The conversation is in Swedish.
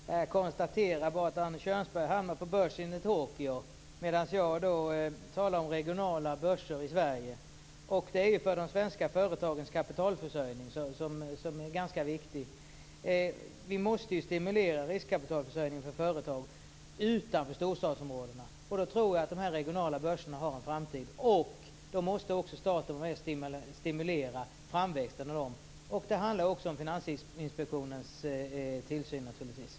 Herr talman! Jag konstaterar att Arne Kjörnsberg hamnar på börsen i Tokyo. Jag talar om regionala börser i Sverige. Kapitalförsörjningen för de svenska företagen är viktig. Vi måste stimulera riskkapitalförsörjningen för företag utanför storstadsområdena. Där tror jag att de regionala börserna har en framtid. Då måste staten stimulera framväxten av dem. Det handlar också om tillsynen gjord av Finansinspektionen.